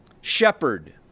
Shepherd